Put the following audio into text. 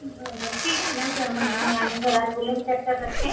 बरं ठीक आहे ना सर मग मी आम्ही घरात बोलून चर्चा करते